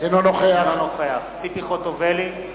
אינו נוכח ציפי חוטובלי,